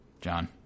John